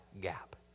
gap